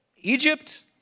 Egypt